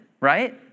right